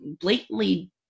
blatantly